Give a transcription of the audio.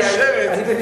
אני,